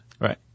Right